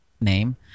name